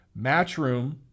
Matchroom